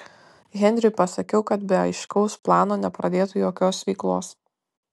henriui pasakiau kad be aiškaus plano nepradėtų jokios veiklos